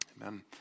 Amen